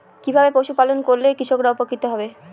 কিভাবে পশু পালন করলেই কৃষকরা উপকৃত হবে?